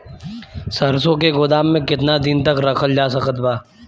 सरसों के गोदाम में केतना दिन तक रखल जा सकत बा?